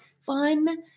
fun